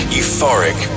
euphoric